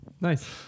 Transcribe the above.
Nice